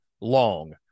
long